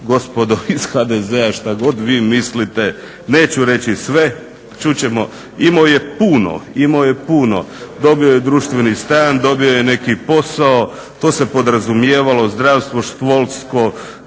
gospodo iz HDZ-a što god vi mislite neću reći sve, čut ćemo. Imao je puno, dobio je društveni stan, dobio je neki posao, to se podrazumijevalo, zdravstvo, školstvo